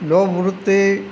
લોભ વૃત્તિ